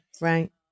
Right